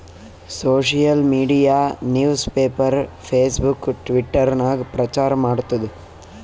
social media news paper, Facebook, Twitter ನಾಗ್ ಪ್ರಚಾರ್ ಮಾಡ್ತುದ್